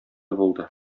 булды